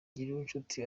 ngirinshuti